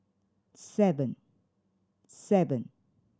seven